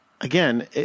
again